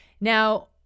Now